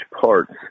parts